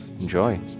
Enjoy